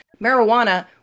marijuana